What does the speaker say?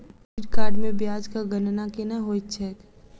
credit card मे ब्याजक गणना केना होइत छैक